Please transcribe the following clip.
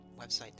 website